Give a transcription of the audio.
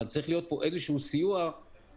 אבל צריך להיות פה איזה שהוא סיוע או